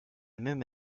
même